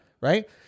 Right